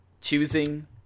choosing